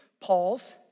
Paul's